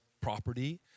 property